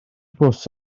bws